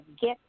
get